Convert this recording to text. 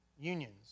unions